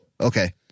Okay